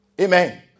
Amen